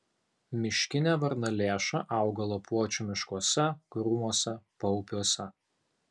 miškinė varnalėša auga lapuočių miškuose krūmuose paupiuose